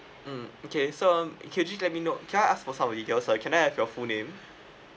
mm okay so um could you let me know can I ask for some verification sir can I have your full name